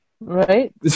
Right